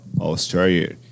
Australia